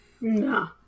No